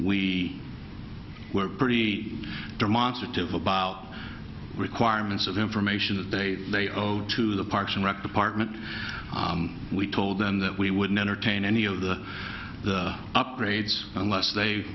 we were pretty demonstrative about requirements of information that they owed to the parks and rec partment we told them that we wouldn't entertain any of the upgrades unless they